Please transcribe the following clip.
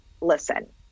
listen